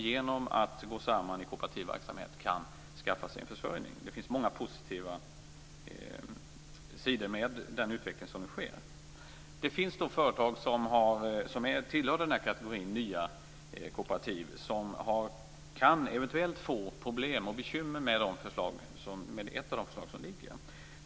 Genom att gå samman i kooperativ verksamhet kan de ändå skaffa sig en försörjning. Det finns mycket positivt i den utveckling som nu sker. Det finns företag som tillhör kategorin nya kooperativ som eventuellt kan få bekymmer i och med ett av de förslag som ligger.